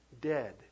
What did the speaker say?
dead